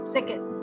Second